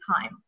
time